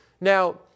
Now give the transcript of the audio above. Now